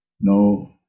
No